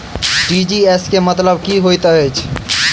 TGS केँ मतलब की हएत छै?